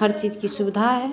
हर चीज की सुविधा है